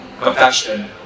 compassion